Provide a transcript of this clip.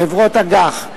חברות אג"ח.